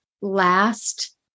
last